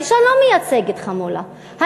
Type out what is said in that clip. האישה לא מייצגת חמולה,